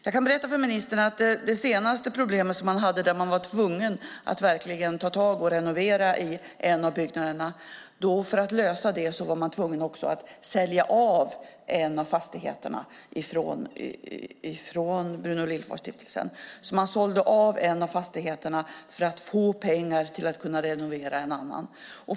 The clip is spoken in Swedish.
Jag kan berätta för ministern att för att lösa det senaste problemet, där man var tvungen att renovera en av byggnaderna, var Bruno Liljefors-stiftelsen tvungen att sälja av en av fastigheterna. Man sålde en av fastigheterna för att få pengar till att renovera en annan.